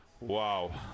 Wow